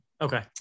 Okay